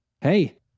Hey